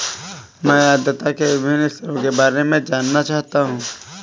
मैं आर्द्रता के विभिन्न स्तरों के बारे में जानना चाहता हूं